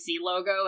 logo